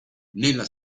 nella